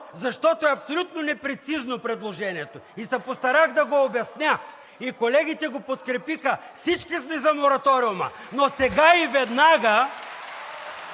защото е абсолютно непрецизно предложението и се постарах да го обясня, и колегите го подкрепиха. Всички сме за мораториума, но сега и веднага,